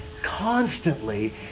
constantly